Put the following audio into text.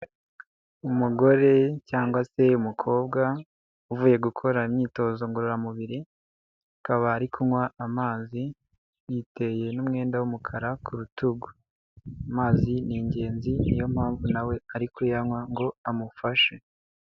Umugore cyangwa se umukobwa uvuye gukora imyitozo ngororamubiri, akaba ari kunywa amazi yiteye n'umwenda w'umukara ku rutugu, amazi ni ingenzi niyo mpamvu na we ari kuyanywa ngo amufashe.